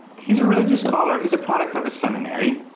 he's a religious scholar. he's product of a seminary,